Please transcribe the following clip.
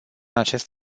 acest